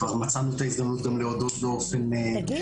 כבר מצאנו את ההזדמנות להודות גם בישיבה